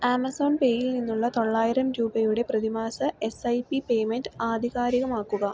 Amazon പേയിൽ നിന്നുള്ള തൊള്ളായിരം രൂപയുടെ പ്രതിമാസ എസ് ഐ പി പേയ്മെൻറ്റ് ആധികാരികമാക്കുക